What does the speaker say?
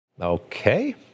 Okay